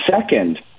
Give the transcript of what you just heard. second